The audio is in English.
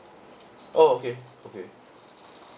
oh okay okay